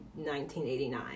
1989